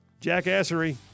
Jackassery